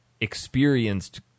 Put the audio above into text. experienced